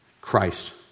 Christ